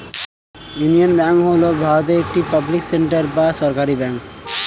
union bank হল ভারতের একটি পাবলিক সেক্টর বা সরকারি ব্যাঙ্ক